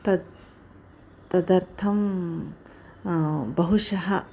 तत् तदर्थं बहुशः